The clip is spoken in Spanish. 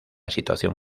situación